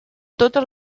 totes